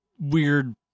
weird